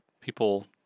people